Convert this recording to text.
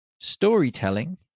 Storytelling